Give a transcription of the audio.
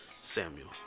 samuel